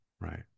right